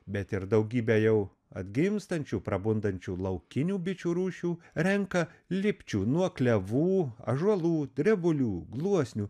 bet ir daugybę jau atgimstančių prabundančių laukinių bičių rūšių renka lipčių nuo klevų ąžuolų drebulių gluosnių